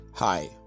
Hi